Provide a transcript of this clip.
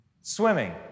Swimming